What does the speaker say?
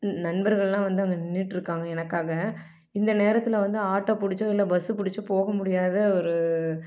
நண்பர்களெலாம் வந்து அங்கே நின்றுட்ருக்காங்க எனக்காக இந்த நேரத்தில் வந்து ஆட்டோ பிடிச்சோ இல்லை பஸ்ஸு பிடிச்சோ போக முடியாத ஒரு